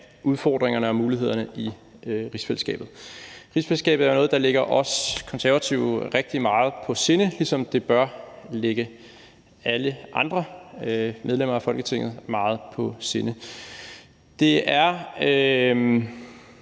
udfordringerne og mulighederne i rigsfællesskabet. Rigsfællesskabet er jo noget, der ligger os Konservative rigtig meget på sinde, ligesom det bør ligge alle andre medlemmer af Folketinget meget på sinde. Det er